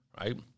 Right